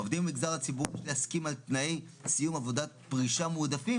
העובדים במגזר הציבורי --- על תנאי סיום עבודת פרישה מעודפים